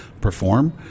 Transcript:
perform